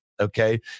Okay